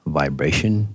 vibration